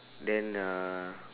then uh